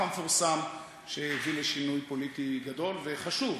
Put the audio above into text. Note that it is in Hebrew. המפורסם שהביא לשינוי פוליטי גדול וחשוב